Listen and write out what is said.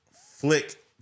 flick